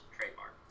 trademark